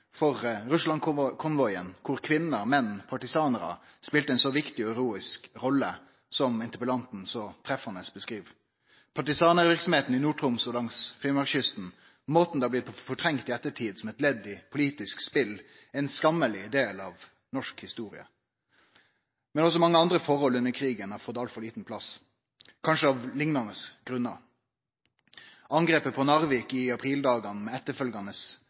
menn, partisanar, spela ei så viktig og heroisk rolle. Partisanarverksemda i Nord-Troms og langs Finnmarkskysten, måten dette har blitt fortrengt på i ettertid, som ledd i eit politisk spel, er ein skammeleg del av norsk historie. Men også mange andre forhold under krigen har fått altfor liten plass, kanskje av liknande grunnar: angrepet på Narvik i aprildagane, med etterfølgjande